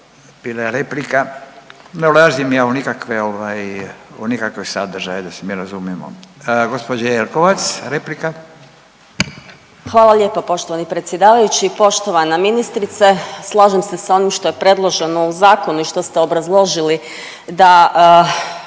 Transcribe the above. bila je replika. Ne ulazim ja u nikakve sadržaje da se mi razumijemo. Gospođa Jelkovac replika. **Jelkovac, Marija (HDZ)** Hvala lijepo poštovani predsjedavajući. Poštovana ministrice, slažem se s onim što je predloženo u zakonu i što ste obrazložili da